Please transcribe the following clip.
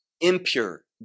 impure